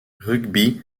rugby